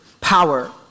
power